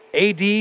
AD